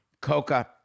Coca